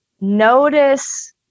notice